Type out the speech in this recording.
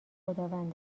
خداوند